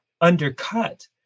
undercut